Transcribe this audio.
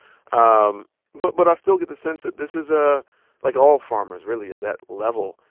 um but but i still get the sense that this is, ah like all farmers really at that level,